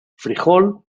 frijol